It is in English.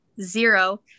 zero